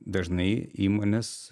dažnai įmonės